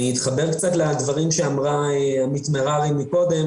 אני אתחבר לדברים שאמרה עמית מררי קודם,